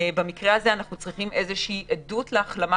אנחנו צריכים עדות להחלמה,